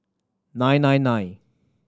nine nine nine